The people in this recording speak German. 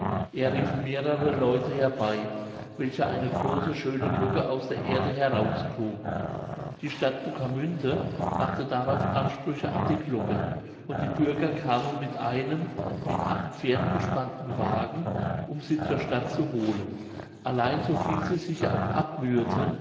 er rief mehrere leute herbei welche eine große schöne glocke aus der erde herausgruben die stadt uekermünde machte darauf ansprüche an die glocke und die bürger kamen mit einem mit acht pferden bespannten wagen um sie zur stadt zu holen allein so viel sie sich auch abmüheten